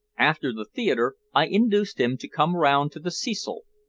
after the theater i induced him to come round to the cecil,